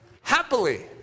Happily